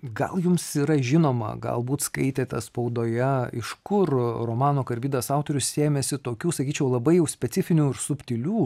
gal jums yra žinoma galbūt skaitėte spaudoje iš kur romano karbidas autorius sėmėsi tokių sakyčiau labai jau specifinių ir subtilių